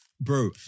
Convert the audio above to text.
bro